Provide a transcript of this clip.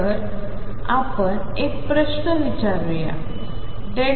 तर आपण एक प्रश्न विचारूया x0